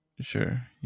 Sure